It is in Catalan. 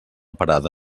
parada